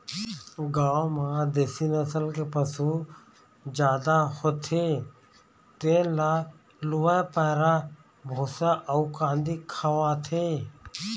गाँव म देशी नसल के पशु जादा होथे तेन ल लूवय पैरा, भूसा अउ कांदी खवाथे